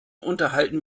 unterhalten